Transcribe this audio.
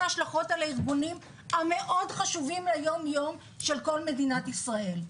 ההשלכות על הארגונים המאוד חשובים ביום-יום של כל מדינת ישראל.